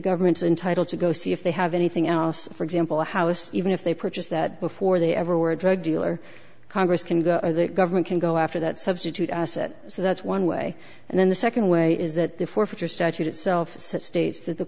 government entitle to go see if they have anything else for example house even if they purchased that before they ever were a drug dealer congress can go the government can go after that substitute so that's one way and then the second way is that the forfeiture statute itself states that the